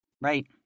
Right